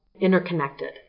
interconnected